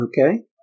okay